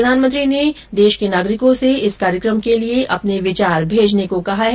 प्रधानमंत्री ने देश के नागरिकों से इस कार्यक्रम के लिये अपने विचार भेजने को कहा है